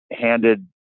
handed